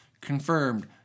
confirmed